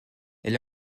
elle